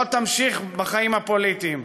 לא תמשיך בחיים הפוליטיים.